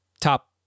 top